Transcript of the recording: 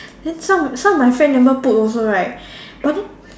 then some some of my friend never put also right but then